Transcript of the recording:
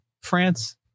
France